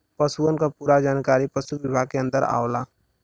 पसुअन क पूरा जानकारी पसु विभाग के अन्दर आवला